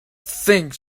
think